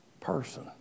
person